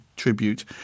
tribute